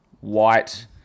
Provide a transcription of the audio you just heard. white